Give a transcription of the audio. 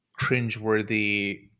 cringeworthy